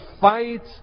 fight